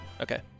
Okay